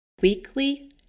weekly